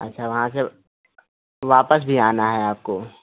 वहाँ से वापस भी आना है आपको